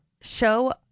show